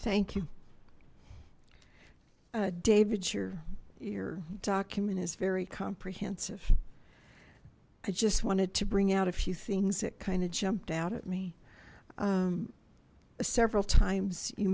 thank you david sure your document is very comprehensive i just wanted to bring out a few things that kind of jumped out at me several times you